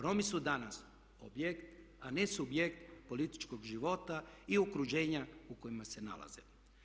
Romi su danas objekt, a ne subjekt političkog života i okruženja u kojima se nalaze.